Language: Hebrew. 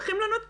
ללוות אותם,